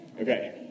Okay